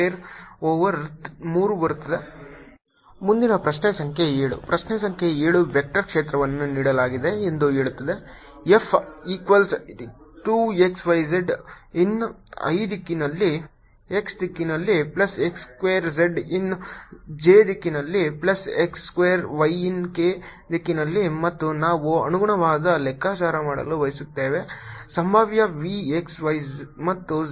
dl0adx0ady 1 x2a2a a23 ಮುಂದಿನ ಪ್ರಶ್ನೆ ಸಂಖ್ಯೆ 7 ಪ್ರಶ್ನೆ ಸಂಖ್ಯೆ 7 ವೆಕ್ಟರ್ ಕ್ಷೇತ್ರವನ್ನು ನೀಡಲಾಗಿದೆ ಎಂದು ಹೇಳುತ್ತದೆ F equals 2 xyz in i ದಿಕ್ಕಿನಲ್ಲಿ x ದಿಕ್ಕಿನಲ್ಲಿ plus x square z in j ದಿಕ್ಕಿನಲ್ಲಿ plus x square y in k ದಿಕ್ಕಿನಲ್ಲಿ ಮತ್ತು ನಾವು ಅನುಗುಣವಾದ ಲೆಕ್ಕಾಚಾರ ಮಾಡಲು ಬಯಸುತ್ತೇವೆ ಸಂಭಾವ್ಯ V x y ಮತ್ತು z